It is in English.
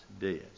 dead